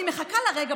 אני מחכה לרגע,